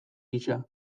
gisa